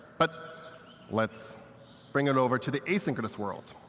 but let's bring it over to the asynchronous world.